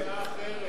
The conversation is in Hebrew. זו הצעה אחרת.